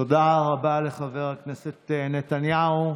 תודה רבה לחבר הכנסת נתניהו.